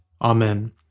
Amen